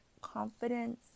confidence